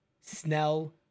Snell